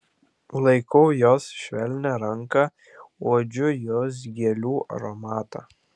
laikau jos švelnią ranką uodžiu jos gėlių aromatą